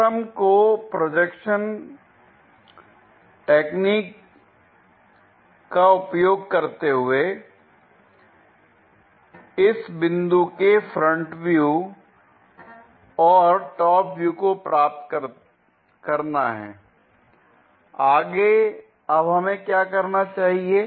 प्रथम को projection technique का उपयोग करते हुए इस बिंदु के फ्रंट व्यू और टॉप व्यू को प्राप्त करना हैl आगे अब हमें क्या करना चाहिए